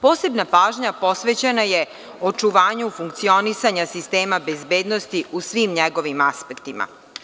Posebna pažnja posvećena je očuvanju funkcionisanja sistema bezbednosti u svim njegovim aspektima.